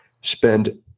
spend